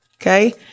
okay